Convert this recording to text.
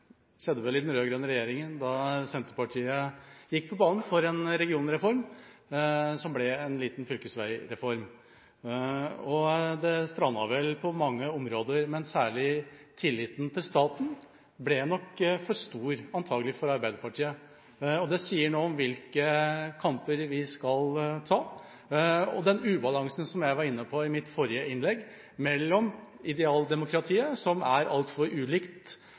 skjedde vel i den rød-grønne regjeringa da Senterpartiet gikk på banen for en regionreform, som ble en liten fylkesveireform. Det strandet vel på mange områder, men særlig ble nok tilliten til staten for stor – antakelig – for Arbeiderpartiet. Det sier noe om hvilke kamper vi skal ta, og den ubalansen jeg var inne på i mitt forrige innlegg mellom idealdemokratiet, som er altfor ulikt